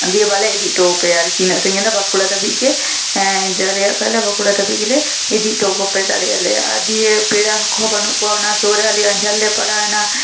ᱫᱤᱭᱮ ᱵᱟᱞᱮ ᱤᱫᱤ ᱚᱴᱚᱭᱟᱯᱮᱭᱟ ᱩᱱᱟᱹᱜ ᱥᱟᱺᱜᱤᱧ ᱫᱚ ᱵᱟᱸᱠᱩᱲᱟ ᱫᱷᱟᱹᱵᱤᱡ ᱜᱮ ᱦᱮᱸ ᱫᱟᱲᱮᱭᱟᱜ ᱠᱷᱟᱡ ᱞᱮ ᱵᱟᱸᱠᱩᱲᱟ ᱫᱷᱟᱹᱵᱤᱡ ᱜᱮᱞᱮ ᱤᱫᱤ ᱚᱴᱚ ᱠᱟᱯᱮ ᱫᱟᱲᱮ ᱭᱟᱞᱮᱭᱟ ᱫᱤᱭᱮ ᱯᱮᱲᱟ ᱠᱚᱦᱚᱸ ᱵᱟᱹᱱᱩᱜ ᱠᱚᱣᱟ ᱚᱱᱟ ᱥᱩᱨ ᱨᱮ ᱟ ᱰᱤ ᱟᱡᱷᱟᱴ ᱨᱮᱞᱮ ᱯᱟᱲᱟᱣ ᱮᱱᱟ